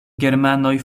germanoj